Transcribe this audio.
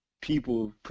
people